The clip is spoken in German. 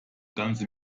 ganze